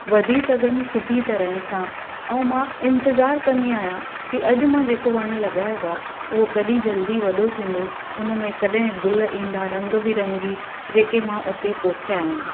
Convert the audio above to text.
वधी सघनि सुठी तरहं सां आं मां इंतिजार कंदी आहियां की अॼु मां जेको वणु लगायो आहे उहो कॾहिं जल्दी वॾो थींदो उनमें कॾहिं गुल ईंदा रंग बिरंगी जेके मां उते पोखिया आहिनि